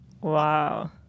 Wow